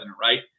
right